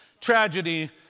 tragedy